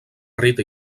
rita